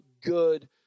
good